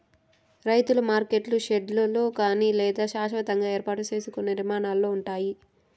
రైతుల మార్కెట్లు షెడ్లలో కానీ లేదా శాస్వతంగా ఏర్పాటు సేసుకున్న నిర్మాణాలలో ఉంటాయి